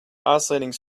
oscillating